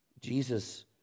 Jesus